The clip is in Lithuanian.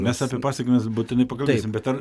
mes apie pasekmes būtinai pakalbėsim bet ar